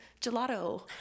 gelato